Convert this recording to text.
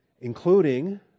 Including